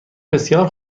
بسیار